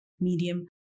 medium